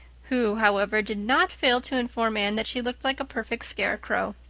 who, however, did not fail to inform anne that she looked like a perfect scarecrow.